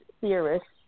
theorists